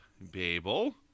Babel